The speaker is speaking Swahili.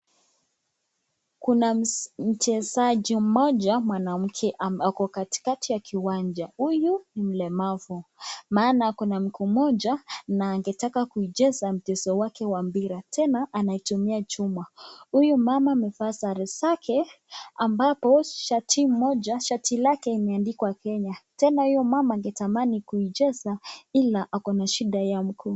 Kuna mchezaji mmoja mwanamke ako katikati ya uwanja. Huyu ni mlemavu maana ako na mguu moja na angetaka kuicheza mchezo wake wa mpira tena anatumia chuma. Huyu mama amevaa sare zake ambapo shati lake imeandikwa kenya tena mama huyo angetamani kuicheza ila ako na shida ya mguu.